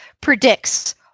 predicts